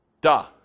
Duh